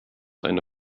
eine